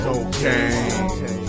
Cocaine